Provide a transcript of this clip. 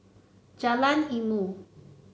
Jalan Ilmu